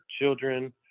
children